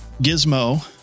Gizmo